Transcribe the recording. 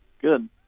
good